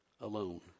alone